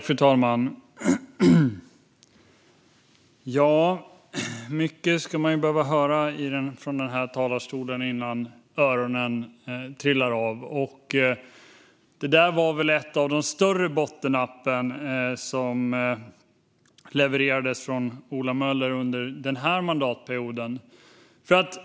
Fru talman! Mycket ska man behöva höra från den här talarstolen innan öronen trillar av. Det var väl ett av de större bottennappen som levererades från Ola Möller under den här mandatperioden.